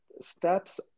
steps